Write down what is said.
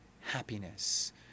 happiness